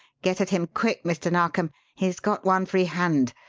get at him, quick, mr. narkom. he's got one free hand!